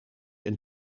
een